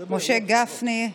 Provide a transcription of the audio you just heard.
משה גפני,